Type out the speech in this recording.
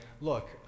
look